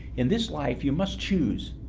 in this life you must choose.